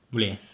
boleh eh